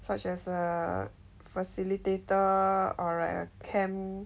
such as err facilitator or like a camp